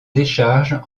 décharge